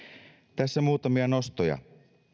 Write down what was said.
tässä muutamia nostoja